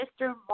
mr